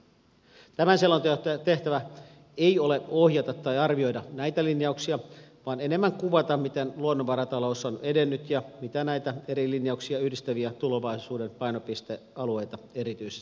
tämän selonteon tehtävä ei ole ohjata tai arvioida näitä linjauksia vaan enemmän kuvata miten luonnonvaratalous on edennyt ja mitä näitä eri linjauksia yhdistäviä tulevaisuuden painopistealueita erityisesti tarvitaan